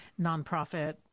nonprofit